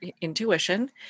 intuition